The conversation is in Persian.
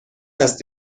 است